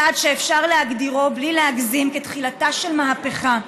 צעד שאפשר להגדירו, בלי להגזים, כתחילתה של מהפכה.